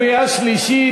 לקריאה שלישית.